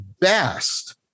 best